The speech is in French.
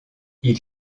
ils